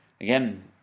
again